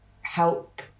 help